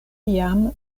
jam